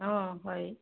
অ হয়